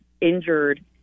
injured